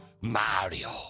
Mario